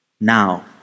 Now